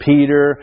Peter